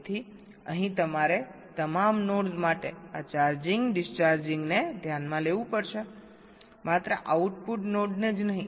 તેથી અહીં તમારે તમામ નોડ્સ માટે આ ચાર્જિંગ ડિસ્ચાર્જિંગને ધ્યાનમાં લેવું પડશે માત્ર આઉટપુટ નોડને જ નહીં